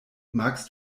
magst